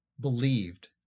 believed